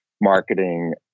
marketing